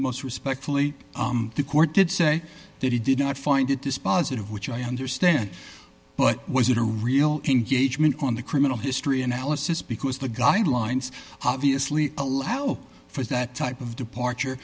most respectfully the court did say that he did not find it dispositive which i understand but was it a real engagement on the criminal history analysis because the guidelines obviously allow for that type of departure